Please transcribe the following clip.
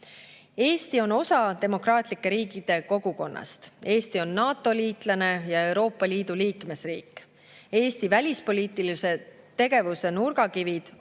Eesti on osa demokraatlike riikide kogukonnast. Eesti on NATO-liitlane ja Euroopa Liidu liikmesriik. Eesti välispoliitilise tegevuse nurgakivid on